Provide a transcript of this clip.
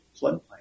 floodplain